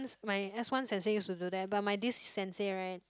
my S one sensei used to do that but my this sensei right